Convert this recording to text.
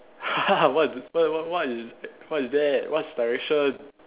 what what what what is what is that what's direction